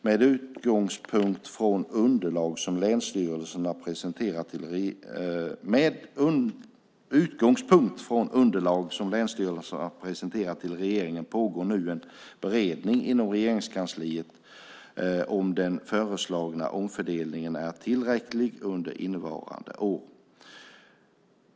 Med utgångspunkt från underlag som länsstyrelserna presenterat till regeringen pågår nu en beredning inom Regeringskansliet av om den föreslagna omfördelningen är tillräcklig under innevarande år.